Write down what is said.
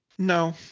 No